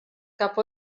cap